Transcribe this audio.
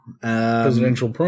presidential